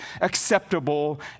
acceptable